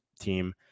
team